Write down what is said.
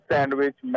Sandwich